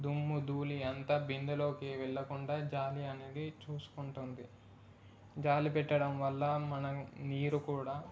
దుమ్ము ధూళి అంతా బిందెలోకి వెళ్ళకుండా జాలి అనేది చూసుకుంటుంది జాలి పెట్టడం వల్ల మనం నీరు కూడా